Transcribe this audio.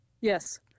Yes